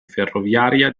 ferroviaria